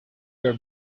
your